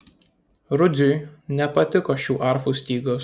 rudziui nepatiko šių arfų stygos